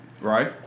Right